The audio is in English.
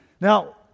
Now